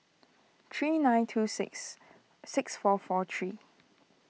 three nine two six six four four three